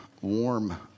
warm